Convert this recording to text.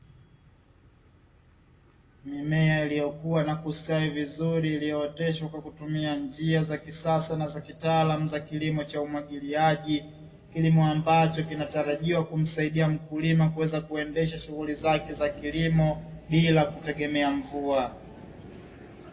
Mimea iliyokua na kustawi vizuri iliyooteshwa kwa kutumia njia za kisasa na kitaalamu za kilimo cha umwagiliaji, kilimo ambacho kinatarajiwa kumsaidia mkulima kuweza kuendesha shughuli za kilimo bila kutegemea mvua.